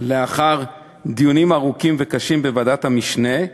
לאחר דיונים ארוכים וקשים בוועדת המשנה,